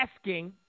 asking